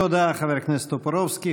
תודה לחבר הכנסת טופורובסקי.